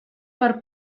per